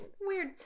Weird